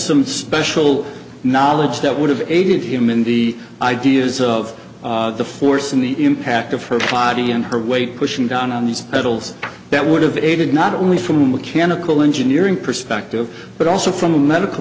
some special knowledge that would have aided him in the ideas of the force and the impact of her body and her weight pushing down on these medals that would have aided not only for mechanical engineering perspective but also from a medical